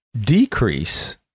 decrease